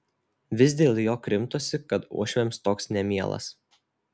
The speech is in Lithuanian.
vis dėl jo krimtosi kad uošviams toks nemielas